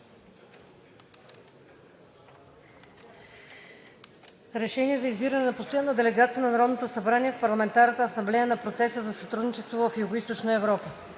РЕШИ: 1. Избира постоянна делегация на Народното събрание в Парламентарната асамблея на Процеса за сътрудничество в Югоизточна Европа